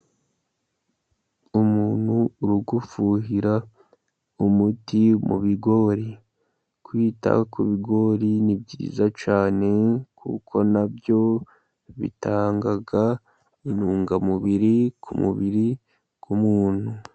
Umuntu uri gufuhira umuti mu bigori, kwita ku bigori ni byiza cyane, kuko na byo bitanga intungamubiri, ku mubiri w'umuntu.